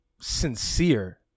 sincere